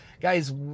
guys